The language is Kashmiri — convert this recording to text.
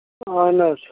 اَہَن حظ